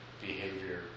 behavior